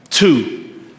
Two